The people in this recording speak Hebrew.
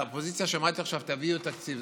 מהאופוזיציה שמעתי עכשיו: תביאו תקציב.